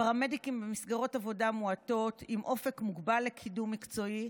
לפרמדיקים מסגרות עבודה מועטות עם אופק מוגבל לקידום מקצועי,